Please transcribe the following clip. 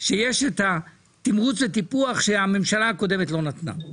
שיש תמרוץ וטיפוח שהממשלה הקודמת לא נתנה.